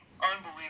unbelievable